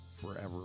forever